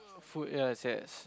food yes yes